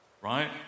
right